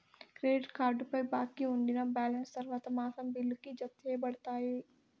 credit కార్డుపై బాకీ ఉండినా బాలెన్స్ తర్వాత మాసం బిల్లుకి, జతచేయబడతాది